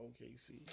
OKC